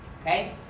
okay